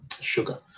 sugar